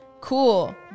Cool